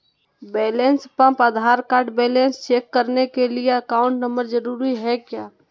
Balance pump Aadhaar card balance check करने के लिए अकाउंट नंबर जरूरी है क्या?